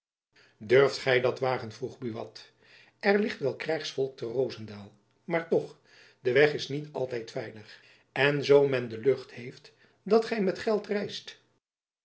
durft gy dat wagen vroeg buat er ligt wel krijgsvolk te rozendaal maar toch de weg is niet altijd veilig en zoo men de lucht heeft dat gy met geld reist